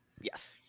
yes